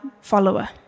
follower